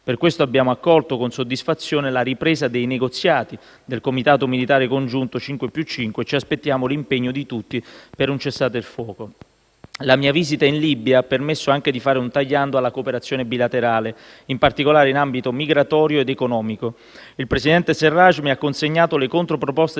Per questo abbiamo accolto con soddisfazione la ripresa dei negoziati del comitato militare congiunto 5+5 e ci aspettiamo l'impegno di tutti per un cessate il fuoco. La mia visita in Libia ha permesso anche di fare un tagliando alla cooperazione bilaterale, in particolare in ambito migratorio ed economico. Il presidente Sarraj mi ha consegnato le controproposte